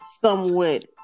somewhat